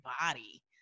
body